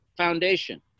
Foundation